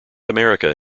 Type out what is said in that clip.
america